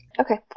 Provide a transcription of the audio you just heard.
Okay